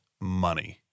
money